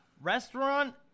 restaurant